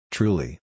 Truly